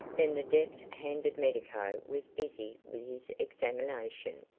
then the deft-handed medico was busy with his examination.